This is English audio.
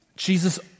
Jesus